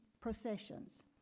processions